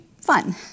fun